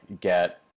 get